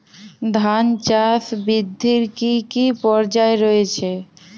ধান চাষ বৃদ্ধির কী কী পর্যায় রয়েছে?